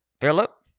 Philip